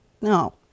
no